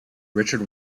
richard